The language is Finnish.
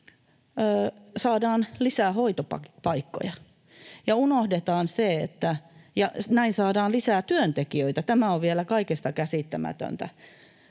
saadaan lisää hoitopaikkoja ja näin saadaan lisää työntekijöitä. Tämä on vielä kaikista käsittämättömintä.